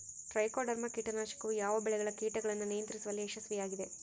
Trichoderma ಕೇಟನಾಶಕವು ಯಾವ ಬೆಳೆಗಳ ಕೇಟಗಳನ್ನು ನಿಯಂತ್ರಿಸುವಲ್ಲಿ ಯಶಸ್ವಿಯಾಗಿದೆ?